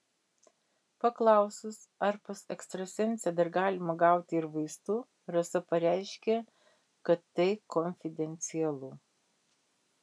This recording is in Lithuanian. paklausus ar pas ekstrasensę dar galima gauti ir vaistų rasa pareiškė kad tai konfidencialu